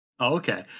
Okay